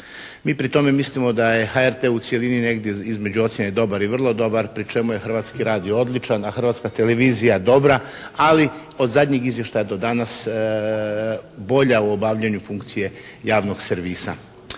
Mi pri tome mislimo da je HRT u cjelini negdje između ocjene dobar i vrlo dobar pri čemu je Hrvatski radio odličan, a Hrvatska televizija dobra, ali od zadnjih izvještaja do danas bolja u obavljanju funkcije javnog servisa.